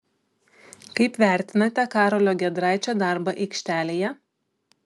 kaip vertinate karolio giedraičio darbą aikštelėje